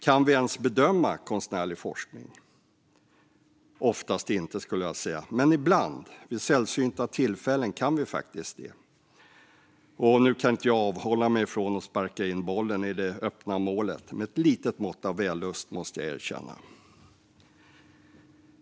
Kan vi ens bedöma konstnärlig forskning? Oftast inte, skulle jag säga. Men ibland, vid sällsynta tillfällen, kan vi faktiskt det. Nu kan jag inte avhålla mig från att sparka in bollen i det öppna målet - med ett litet mått av vällust, måste jag erkänna.